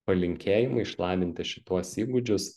palinkėjimai išlavinti šituos įgūdžius